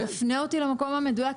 תפנה אותי למקום המדויק,